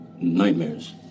nightmares